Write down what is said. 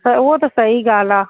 त उहा त सही ॻाल्हि आहे